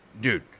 dude